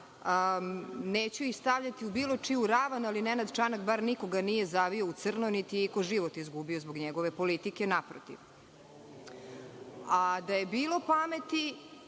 neću ih stavljati u bilo čiju ravan, ali Nenad Čanak bar nikoga nije zavio u crno, niti je iko život izgubio zbog njegove politike, naprotiv. Da je bilo pameti